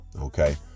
Okay